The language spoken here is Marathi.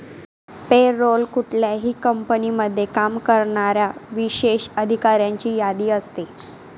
पे रोल कुठल्याही कंपनीमध्ये काम करणाऱ्या विशेष अधिकाऱ्यांची यादी असते